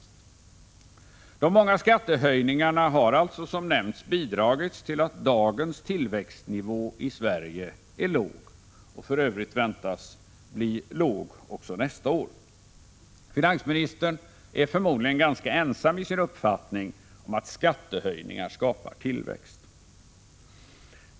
De många skattehöjningarna har som nämnts bidragit till att dagens tillväxtnivå i Sverige är låg och för övrigt väntas bli låg också nästa år. Finansministern är förmodligen ganska ensam i sin uppfattning om att skattehöjningar skapar tillväxt.